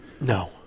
No